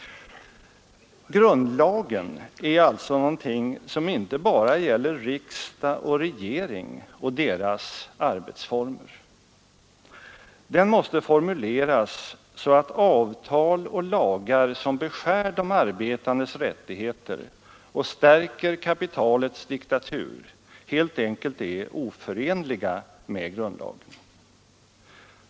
Grundlagen är alltså någonting som inte bara gäller riksdag och regering och deras arbetsformer. Den måste formuleras så att avtal och lagar som beskär de arbetandes rättigheter och stärker kapitalets diktatur helt enkelt är oförenliga med grundlagen.